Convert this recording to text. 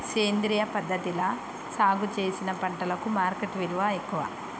సేంద్రియ పద్ధతిలా సాగు చేసిన పంటలకు మార్కెట్ విలువ ఎక్కువ